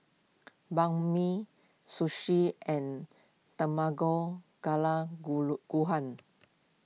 Banh Mi Sushi and Tamago Kala Gohan